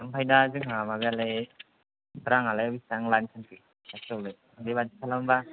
आमफाय दा जोंहा माबायालाय रांआलाय बिसिबां लानो सानखो सासेआवलाय बेबादि खालामबा